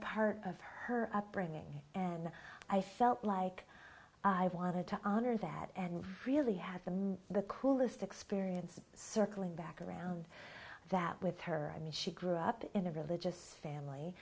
part of her upbringing and i felt like i wanted to honor that and really have them on the coolest experience circling back around that with her i mean she grew up in a religious family